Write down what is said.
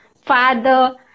father